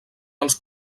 els